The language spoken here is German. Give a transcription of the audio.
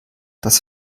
das